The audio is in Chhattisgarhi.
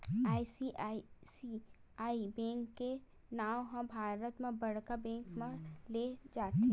आई.सी.आई.सी.आई बेंक के नांव ह भारत म बड़का बेंक म लेय जाथे